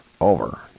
over